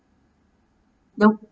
the